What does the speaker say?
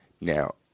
now